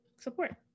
support